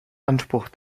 anspruch